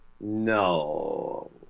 No